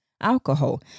alcohol